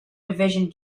division